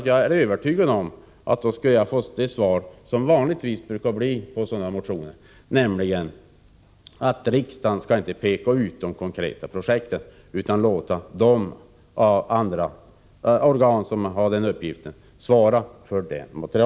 Jag är övertygad om att jag då AMU skulle få det svar som vanligtvis brukar ges när det gäller sådana motioner, nämligen att riksdagen inte skall peka ut de konkreta projekten utan låta andra organ som har den uppgiften svara för detta.